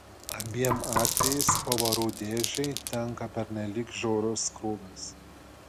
abiem atvejais pavarų dėžei tenka pernelyg žiaurus krūvis